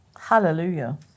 hallelujah